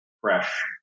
fresh